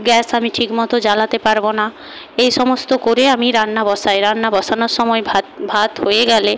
gas আমি ঠিকমতো জ্বালাতে পারব না এই সমস্ত করে আমি রান্না বসাই রান্না বসানোর সময় ভাত ভাত হয়ে গেলে